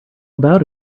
about